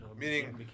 Meaning